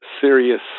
serious